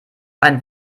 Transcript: ein